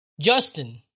Justin